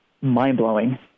mind-blowing